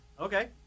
Okay